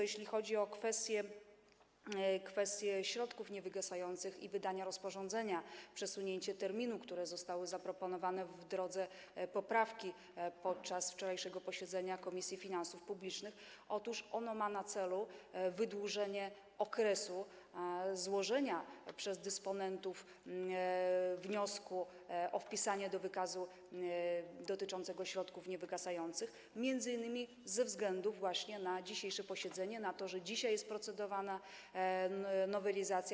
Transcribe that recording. Jeśli chodzi o kwestię środków niewygasających i wydanie rozporządzenia oraz przesunięcie terminu, które zostało zaproponowane w drodze poprawki podczas wczorajszego posiedzenia Komisji Finansów Publicznych, to ma ono na celu wydłużenie okresu złożenia przez dysponentów wniosku o wpisanie do wykazu dotyczącego środków niewygasających, m.in. ze względu właśnie na dzisiejsze posiedzenie, na to, że dzisiaj procedujemy nad nowelizacją.